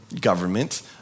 government